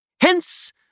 Hence